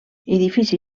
edifici